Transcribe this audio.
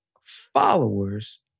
followers